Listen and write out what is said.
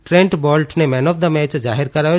Trent બોલ્ટને man of the match જાહેર કરાયો